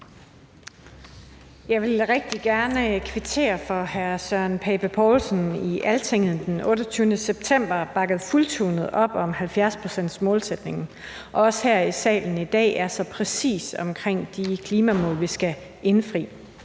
Jeg vil rigtig gerne kvittere for, at hr. Søren Pape Poulsen i Altinget den 28. september bakkede fuldtonet op om 70-procentsmålsætningen, og at han også her i salen er så præcis omkring de klimamål, vi skal indfri.